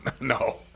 No